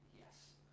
yes